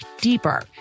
deeper